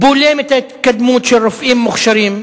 בולם את ההתקדמות של רופאים מוכשרים,